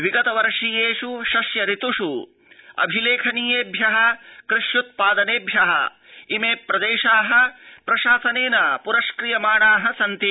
विगत वर्षीयेष् शस्य ऋतृष् अभिलेखनीयेभ्यः कृष्युत्पादनेभ्यः इमे प्रदेशाः प्रशासनेन प्रस्क्रियमाणा सन्ति